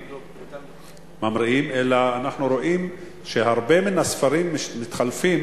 אלא אנחנו רואים שהרבה מהספרים מתחלפים